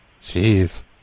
Jeez